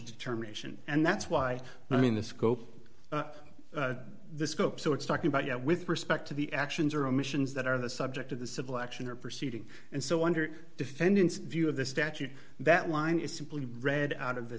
determination and that's why i mean the scope the scope so it's talking about yet with respect to the actions or omissions that are the subject of the civil action or proceeding and so under defendant's view of the statute that line is simply read out of the